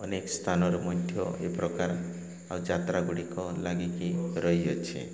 ଅନେକ ସ୍ଥାନରେ ମଧ୍ୟ ଏ ପ୍ରକାର ଆଉ ଯାତ୍ର ଗୁଡ଼ିକ ଲାଗିକି ରହିଅଛି